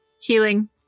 Healing